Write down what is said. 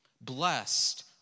Blessed